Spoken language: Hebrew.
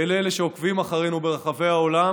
ולאלה שעוקבים אחרינו ברחבי העולם: